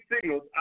signals